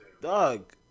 Dog